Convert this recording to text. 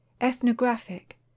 ethnographic